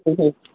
മ് ഹ്മ്